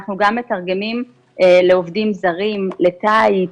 אנחנו גם מתרגמים לעובדים זרים לתאית,